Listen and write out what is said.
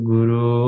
Guru